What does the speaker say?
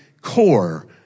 core